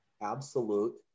absolute